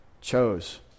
chose